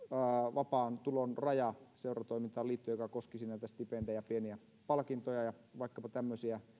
vapaan tulon raja seuratoimintaan liittyen joka koskisi näitä stipendejä ja pieniä palkintoja ja vaikkapa tämmöisiä